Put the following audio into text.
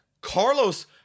carlos